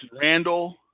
Randall